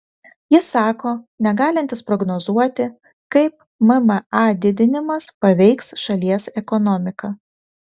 jis sako negalintis prognozuoti kaip mma didinimas paveiks šalies ekonomiką